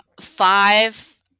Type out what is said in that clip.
five